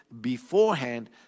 beforehand